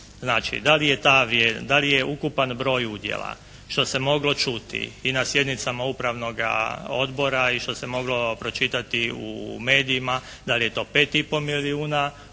Znači da li je ukupan broj udjela što se moglo čuti i na sjednicama Upravnoga odbora i što se moglo pročitati u medijima, da li je to 5 i pol milijuna udjela